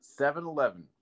7-Eleven